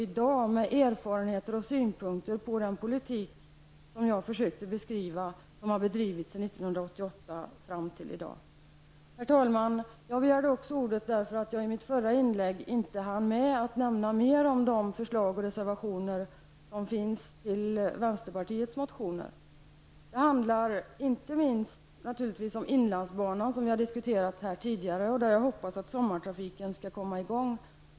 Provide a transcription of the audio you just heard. De kan då få erfarenheter och synpunkter på den politik som jag har försökt att beskriva och som har bedrivits sedan 1988 och fram till i dag. Herr talman! Jag begärde också ordet därför att jag i mitt förra inlägg inte hann med att nämna mer om de reservationer som fogats vid vänsterpartiets motioner och om förslagen i dem. Det handlar naturligtvis inte minst om inlandsbanan, som vi har diskuterat här tidigare och där jag hoppas att sommartrafiken skall komma i gång.